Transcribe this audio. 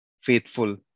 faithful